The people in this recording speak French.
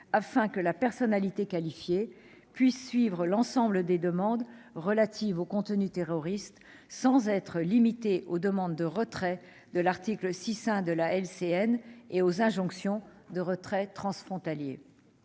afin que la personnalité qualifiée puisse suivre l'ensemble des demandes relatives aux contenus terroristes, sans être limitée aux demandes de retrait formulées au titre de l'article 6-1 de la LCEN et aux injonctions transfrontalières